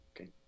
Okay